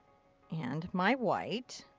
and my white.